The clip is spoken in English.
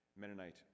Mennonite